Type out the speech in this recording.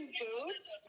boots